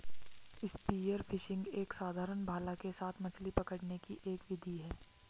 spear fishing एक साधारण भाला के साथ मछली पकड़ने की एक विधि है